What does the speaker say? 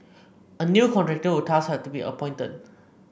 a new contractor would thus have to be appointed